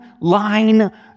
line